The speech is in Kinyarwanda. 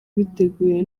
biteguye